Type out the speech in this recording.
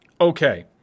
Okay